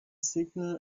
signal